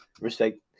Respect